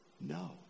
No